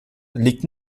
liegt